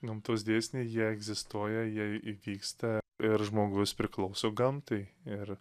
gamtos dėsniai jie egzistuoja jie įvyksta ir žmogus priklauso gamtai ir